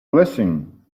blessing